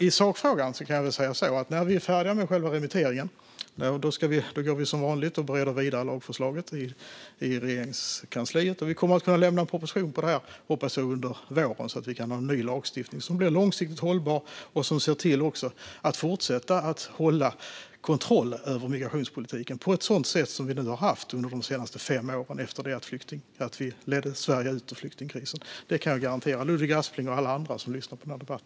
I sakfrågan kan jag dock säga att vi när vi är färdiga med själva remitteringen ska bereda lagförslaget som vanligt i Regeringskansliet, och jag hoppas att vi kommer att kunna lägga fram en proposition under våren så att vi får en ny lagstiftning som blir långsiktigt hållbar och som ser till att vi kan fortsätta att ha kontroll över migrationspolitiken på ett sådant sätt som vi har haft under de senaste fem åren, efter det att vi ledde Sverige ut ur flyktingkrisen. Detta kan jag garantera Ludvig Aspling och alla andra som lyssnar på denna debatt.